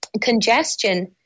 congestion